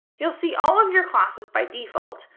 you'll see all of your classes by default,